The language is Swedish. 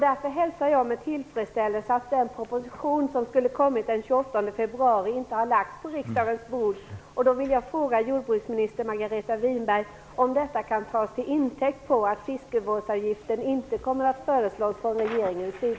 Därför hälsar jag med tillfredsställelse att den proposition som skulle kommit den 28 februari inte har lagts på riksdagens bord.